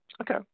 Okay